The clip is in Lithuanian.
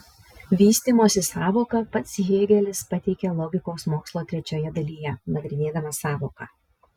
vystymosi sąvoką pats hėgelis pateikė logikos mokslo trečioje dalyje nagrinėdamas sąvoką